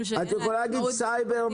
להגיד סייבר,